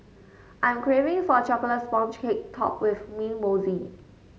I am craving for a chocolate sponge cake topped with mint mousse